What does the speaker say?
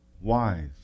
wise